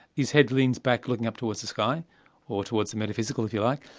his head leans back, looking up towards the sky or towards the metaphysical, if you like.